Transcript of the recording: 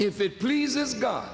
if it pleases god